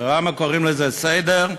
ולמה קוראים לזה סדר?